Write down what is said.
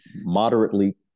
moderately